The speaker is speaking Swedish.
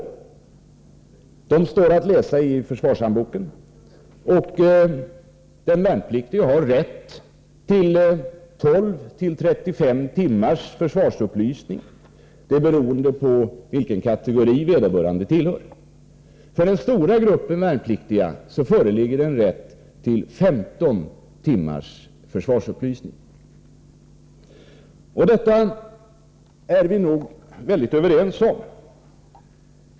Reglerna, som står att läsa i försvarshandboken, säger att den värnpliktige har rätt till mellan 12 och 35 timmars försvarsupplysning beroende på vilken kategori vederbörande tillhör. För den stora gruppen värnpliktiga föreligger en rätt till 15 timmars försvarsupplysning. Värdet av denna försvarsupplysning är vi nog överens om.